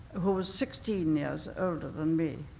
who's sixteen years older than me.